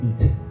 eat